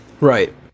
Right